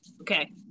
okay